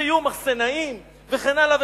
שיהיו מחסנאים וכן הלאה.